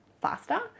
faster